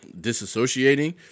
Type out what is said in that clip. disassociating